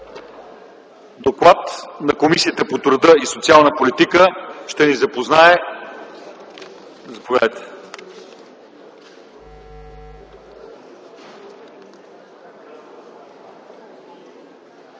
доклада на Комисията по труда и социалната политика ще ни запознае госпожа